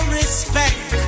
respect